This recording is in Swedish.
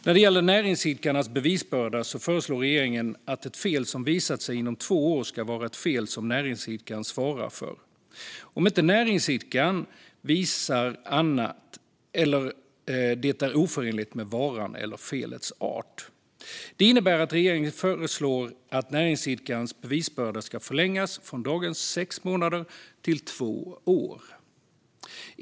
När det gäller näringsidkarens bevisbörda föreslår regeringen att ett fel som visat sig inom två år ska vara ett fel som näringsidkaren svarar för, om inte näringsidkaren visar annat eller detta är oförenligt med varan eller felets art. Det innebär att regeringen föreslår att näringsidkarens bevisbörda ska förlängas, från dagens sex månader till två år.